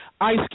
Ice